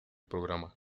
programa